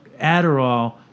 Adderall